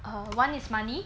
uh one is money